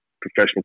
professional